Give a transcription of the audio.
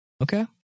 Okay